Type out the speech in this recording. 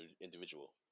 individual